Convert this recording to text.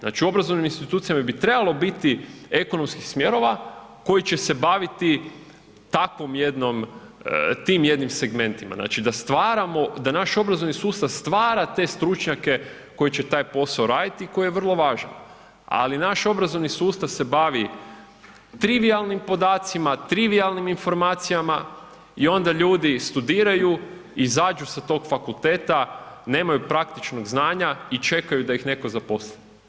Znači u obrazovnim institucijama bi trebalo biti ekonomskih smjerova koji će se baviti takvom jednom, tim jednim segmentima, znači da stvaramo, da naš obrazovni sustav stvara te stručnjake koji će taj posao raditi i koji je vrlo važan, ali naš obrazovni sustav se bavi trivijalnim podacima, trivijalnim informacija i onda ljudi studiraju, izađu sa tog fakulteta, nemaju praktičnog znanja i čekaju da ih netko zaposli.